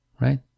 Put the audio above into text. Right